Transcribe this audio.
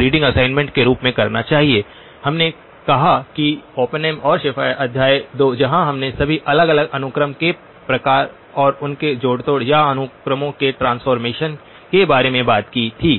reading assignment के रूप में करना चाहिए हमने कहा कि ओपेनहेम और शेफ़र अध्याय 2जहां हमने सभी अलग अलग अनुक्रमों के प्रकार और उनके जोड़तोड़ या अनुक्रमों के ट्रांसफॉर्मेशन के बारे में बात की थी